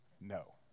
No